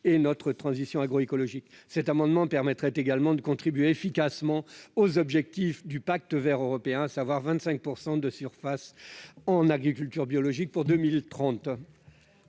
et notre transition agroécologique. L'adoption de cet amendement permettrait également de contribuer efficacement aux objectifs du Pacte vert européen, à savoir 25 % de surfaces en agriculture biologique d'ici à 2030.